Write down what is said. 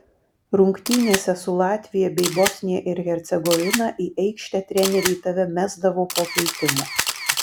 rungtynėse su latvija bei bosnija ir hercegovina į aikštę treneriai tave mesdavo po keitimo